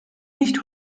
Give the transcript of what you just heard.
nicht